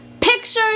pictures